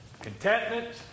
Contentment